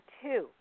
two